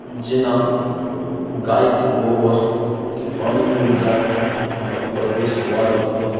जेना गायके गोबरके पानिमे मिलाकऽ हमरा परवेश द्वार मतलब